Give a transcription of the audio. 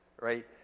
right